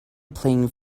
playing